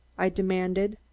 i demanded.